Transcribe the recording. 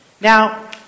Now